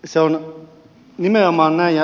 se on nimenomaan näin